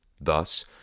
Thus